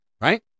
right